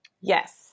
Yes